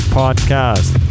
podcast